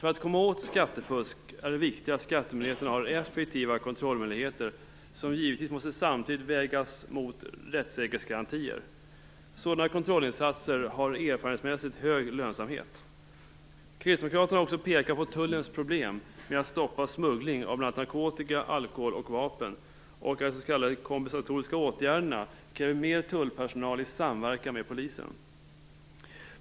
För att komma åt skattefusk är det viktigt att skattemyndigheterna har effektiva kontrollmöjligheter, som givetvis samtidigt måste vägas mot rättssäkerhetsgarantier. Sådana kontrollinsatser har erfarenhetsmässigt hög lönsamheet. Kristdemokraterna har också pekat på tullens problem med att stoppa smuggling av bl.a. narkotika, alkohol och vapen och på att de s.k. kompensatoriska åtgärderna kräver mer tullpersonal i samverkan med polisen.